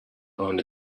own